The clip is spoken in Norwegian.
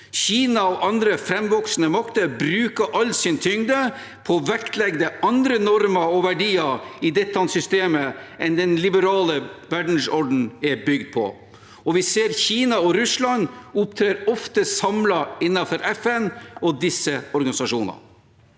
Kina og andre framvoksende makter bruker all sin tyngde på å vektlegge andre normer og verdier i dette systemet enn dem den liberale verdensordenen er bygd på. Vi ser også at Kina og Russland ofte opptrer samlet innenfor FN og disse organisasjonene.